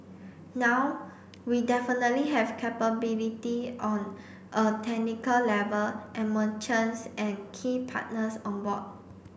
now we definitely have capability on a technical level and merchants and key partners on board